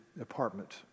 apartment